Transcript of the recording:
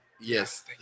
Yes